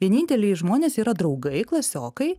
vieninteliai žmonės yra draugai klasiokai